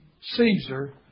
Caesar